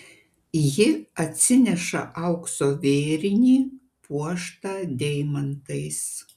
ji atsineša aukso vėrinį puoštą deimantais